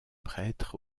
prêtres